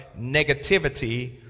negativity